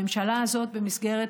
הממשלה הזאת, במסגרת